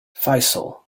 faisal